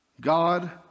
God